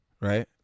right